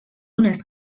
unes